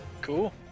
Cool